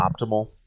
optimal